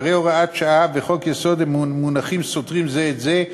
והרי הוראת שעה וחוק-יסוד הם מונחים הסותרים זה את זה,